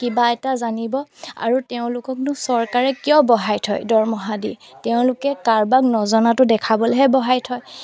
কিবা এটা জানিব আৰু তেওঁলোককনো চৰকাৰে কিয় বঢ়াই থয় দৰমহা দি তেওঁলোকে কাৰোবাক নজনাটো দেখাবলেহে বঢ়াই থয়